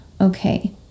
okay